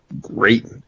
great